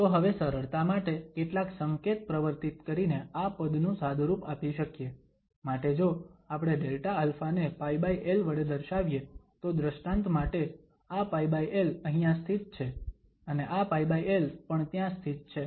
તો હવે સરળતા માટે કેટલાક સંકેત પ્રવર્તીત કરીને આ પદનુ સાદુરૂપ આપી શકીએ માટે જો આપણે Δα ને πl વડે દર્શાવીએ તો દ્રષ્ટાંત માટે આ πl અહીંયા સ્થિત છે અને આ πl પણ ત્યાં સ્થિત છે